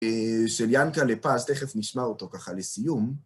של ינקל'ה פס, תכף נשמע אותו ככה לסיום.